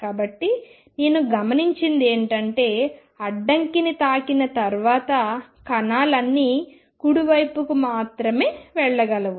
కాబట్టి నేను గమనించినది ఏమిటంటే అడ్డంకిని తాకిన తర్వాత కణాలు అన్నీ కుడి వైపుకు మాత్రమే వెళ్ళగలవు